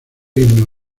himno